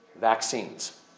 Vaccines